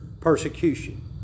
persecution